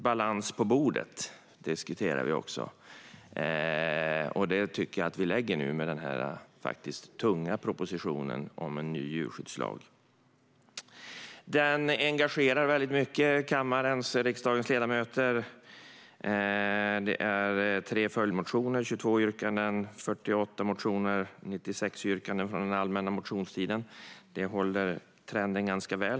Balans på bordet diskuterar vi också, och det tycker jag att vi får nu med den tunga propositionen om en ny djurskyddslag. Detta är något som engagerar kammaren och riksdagens ledamöter väldigt mycket. Det finns 3 följdmotioner med 22 yrkanden och 48 motioner med 96 yrkanden från den allmänna motionstiden. Det håller trenden ganska väl.